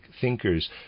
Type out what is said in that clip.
thinkers